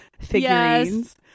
figurines